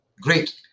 Great